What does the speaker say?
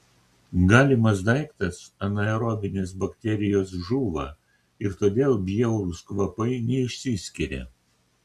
galimas daiktas anaerobinės bakterijos žūva ir todėl bjaurūs kvapai neišsiskiria